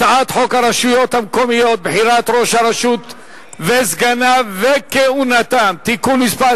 הצעת חוק הרשויות המקומיות (בחירת ראש הרשות וסגניו וכהונתם) (תיקון מס'